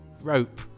rope